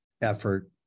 effort